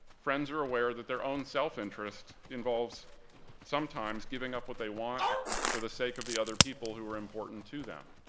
friends are aware that their own self-interest involves sometimes giving up what they want for the sake of the other people who are important to them.